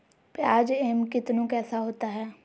प्याज एम कितनु कैसा होता है?